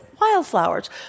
wildflowers